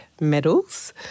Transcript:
medals